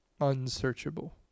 unsearchable